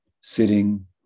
sitting